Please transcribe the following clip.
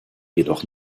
jedoch